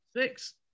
Six